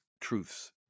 truths